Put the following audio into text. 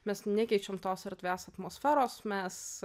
mes nekeičiam tos erdvės atmosferos mes